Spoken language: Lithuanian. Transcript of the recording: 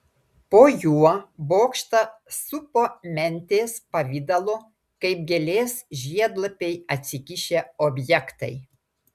po juo bokštą supo mentės pavidalo kaip gėlės žiedlapiai atsikišę objektai